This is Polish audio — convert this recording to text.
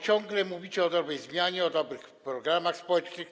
Ciągle mówicie o dobrej zmianie, o dobrych programach społecznych.